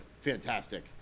fantastic